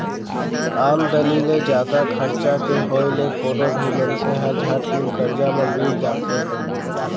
आमदनी ले जादा खरचा के होय ले कोनो भी मनसे ह झटकुन करजा म बुड़ जाथे